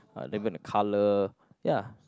uh they're gonna colour ya